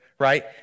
Right